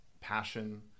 passion